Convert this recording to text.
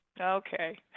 Okay